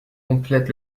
complète